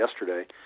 yesterday